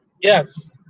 Yes